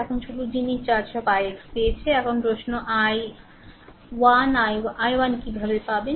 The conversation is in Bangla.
এখন শুধু জিনিস যা সব ix পেয়েছে এখন প্রশ্ন i 1 i1 কীভাবে পাবেন